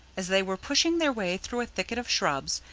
as they were pushing their way through a thicket of shrubs,